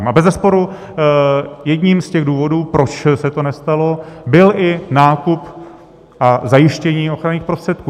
A bezesporu jedním z důvodů, proč se to nestalo, byl i nákup a zajištění ochranných prostředků.